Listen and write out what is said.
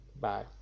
Bye